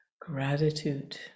gratitude